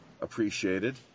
appreciated